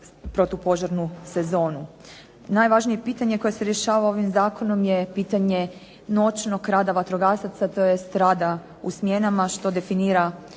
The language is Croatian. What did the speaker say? protupožarnu sezonu. Najvažnije pitanje koje se rješava ovim zakonom je pitanje noćnog rada vatrogasaca tj. rada u smjenama što definira